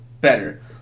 better